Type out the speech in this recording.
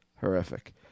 Horrific